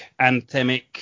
anthemic